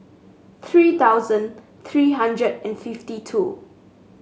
three thousand three hundred and fifty two